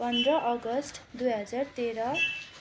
पन्ध्र अगस्ट दुई हजार तेह्र